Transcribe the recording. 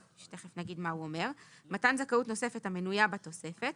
מתן זכאות נוספת המנויה בתוספת